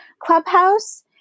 Clubhouse